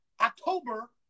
October